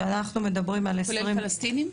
כולל פלסטינים?